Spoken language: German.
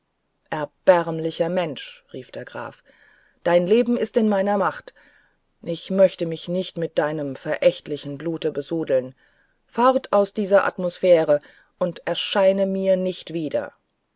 erbärmlicher mensch rief der graf dein leben ist in meiner macht ich möchte mich nicht mit deinem verächtlichen blute besudeln fort aus dieser atmosphäre und erscheine mir nicht wieder